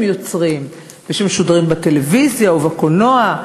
יוצרים משודרים בטלוויזיה או בקולנוע,